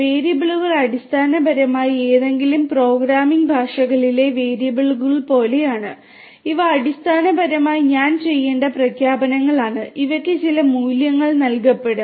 വേരിയബിളുകൾ അടിസ്ഥാനപരമായി ഏതെങ്കിലും പ്രോഗ്രാമിംഗ് ഭാഷകളിലെ വേരിയബിളുകൾ പോലെയാണ് ഇവ അടിസ്ഥാനപരമായി ഞാൻ ചെയ്യേണ്ട പ്രഖ്യാപനങ്ങളാണ് ഇവയ്ക്ക് ചില മൂല്യങ്ങൾ നൽകപ്പെടും